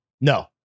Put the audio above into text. No